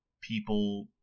people